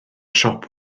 siop